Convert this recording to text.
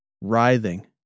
writhing